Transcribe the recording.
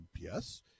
Yes